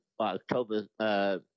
October